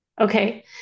Okay